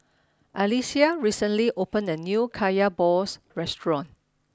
Alyssia recently opened a new Kaya Balls restaurant